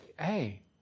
hey